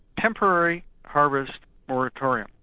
temporary harvest moratorium,